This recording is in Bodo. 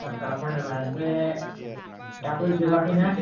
दामफ्राबो बाराबाय आमफ्राय दाबो जोबाखैना